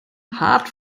haart